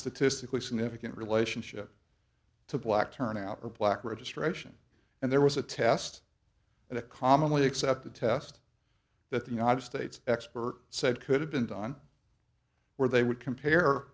statistically significant relationship to black turnout or black registration and there was a test and a commonly accepted test that the united states expert said could have been done where they would compare